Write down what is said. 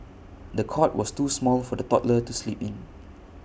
the cot was too small for the toddler to sleep in